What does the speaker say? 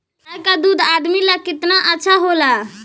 गाय का दूध आदमी ला कितना अच्छा होला?